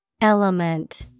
Element